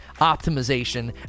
optimization